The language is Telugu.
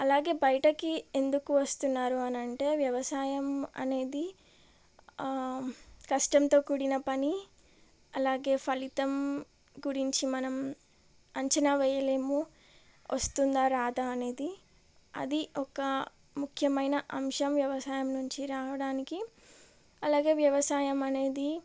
అలాగే బయటకి ఎందుకు వస్తున్నారు అని అంటే వ్యవసాయం అనేది కష్టంతో కూడిన పని అలాగే ఫలితం గురించి మనం అంచనా వెయ్యలేము వస్తుందా రాదా అనేది అది ఒక ముఖ్యమైన అంశం వ్యవసాయం నుంచి రావడానికి అలాగే వ్యవసాయం అనేది